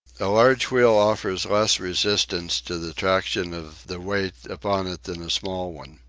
a large wheel offers less resistance to the traction of the weight upon it than a small one.